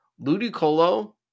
Ludicolo